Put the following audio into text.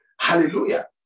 Hallelujah